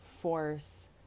force